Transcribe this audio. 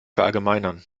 verallgemeinern